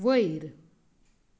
वयर